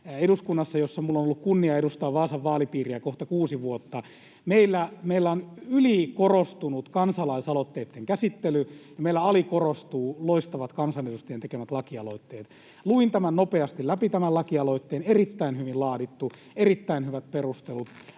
eduskunnassa, jossa minulla on ollut kunnia edustaa Vaasan vaalipiiriä kohta kuusi vuotta — on ylikorostunut kansalaisaloitteitten käsittely ja meillä alikorostuvat loistavat kansanedustajien tekemät lakialoitteet. Luin tämän lakialoitteen nopeasti läpi: erittäin hyvin laadittu, erittäin hyvät perustelut,